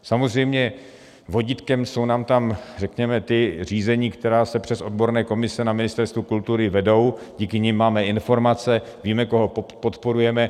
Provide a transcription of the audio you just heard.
Samozřejmě vodítkem jsou nám tam, řekněme, ta řízení, která se přes odborné komise na Ministerstvu kultury vedou, díky nim máme informace, víme, koho podporujeme.